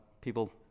people